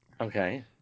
Okay